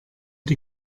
die